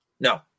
No